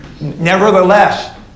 Nevertheless